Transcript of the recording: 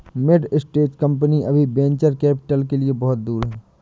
mid stage कंपनियां अभी venture capital के लिए बहुत दूर हैं